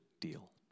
deal